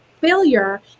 failure